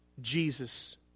Jesus